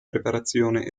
preparazione